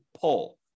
pull